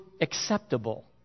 acceptable